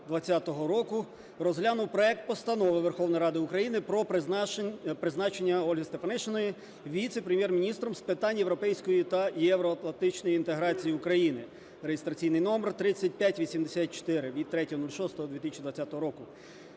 розглянув проект Постанови Верховної Ради України про призначення Ольги Стефанішиної Віце-прем'єр-міністром з питань європейської та євроатлантичної інтеграції України (реєстраційний номер 3584) (від 03.06.2020 року).